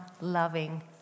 loving